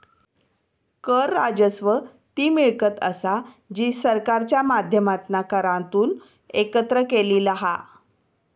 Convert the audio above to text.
कर राजस्व ती मिळकत असा जी सरकारच्या माध्यमातना करांतून एकत्र केलेली हा